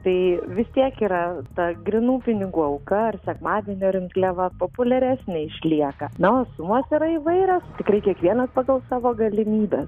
tai vis tiek yra ta grynų pinigų auka ar sekmadienio rinkliava populiaresnė išlieka na o sumos yra įvairios tikrai kiekvienas pagal savo galimybes